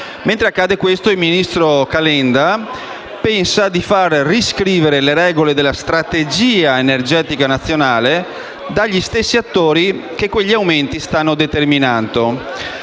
ministro allo sviluppo economico Carlo Calenda pensa di far riscrivere le regole della strategia energetica nazionale dagli stessi attori che quegli aumenti stanno determinando.